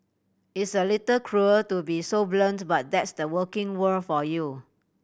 it's a little cruel to be so blunt but that's the working world for you